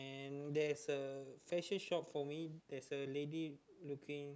and there is a fashion shop for me there's a lady looking